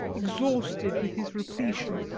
exhausted with his repletion.